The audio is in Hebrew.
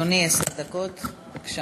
אדוני, עשר דקות, בבקשה.